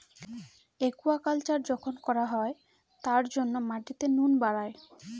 aquaculture যখন করা হয় তার জন্য মাটিতে নুন বাড়ায়